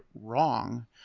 wrong